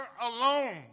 alone